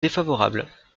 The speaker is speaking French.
défavorables